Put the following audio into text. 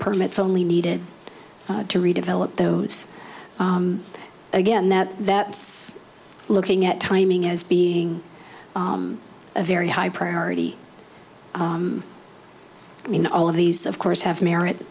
permits only needed to redevelop those again that that's looking at timing as being a very high priority i mean all of these of course have merit